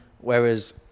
Whereas